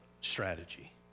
strategy